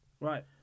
Right